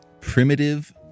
Primitive